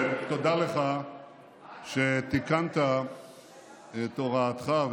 תודה לך שתיקנת את הוראתך,